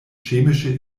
chemische